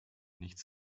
nichts